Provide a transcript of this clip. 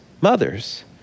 mothers